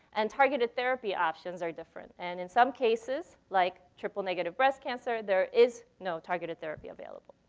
and targeted therapy options are different. and in some cases, like triple-negative breast cancer, there is no targeted therapy available.